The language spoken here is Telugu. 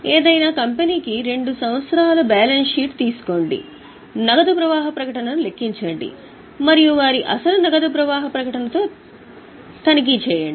ఏదైనా కంపెనీకి 2 సంవత్సరాల బ్యాలెన్స్ షీట్ తీసుకోండి నగదు ప్రవాహ ప్రకటనను లెక్కించండి మరియు వారి అసలు నగదు ప్రవాహ ప్రకటనతో తనిఖీ చేయండి